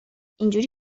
اینجوری